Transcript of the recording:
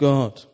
God